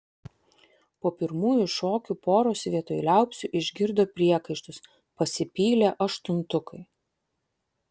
po pirmųjų šokių poros vietoj liaupsių išgirdo priekaištus pasipylė aštuntukai